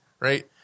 right